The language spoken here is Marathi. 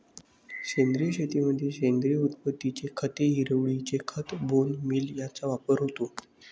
सेंद्रिय शेतीमध्ये सेंद्रिय उत्पत्तीची खते, हिरवळीचे खत, बोन मील यांचा वापर होतो